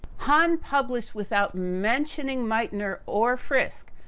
hahn published without mentioning meitner or frisch,